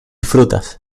frutas